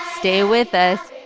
stay with us